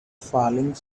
falling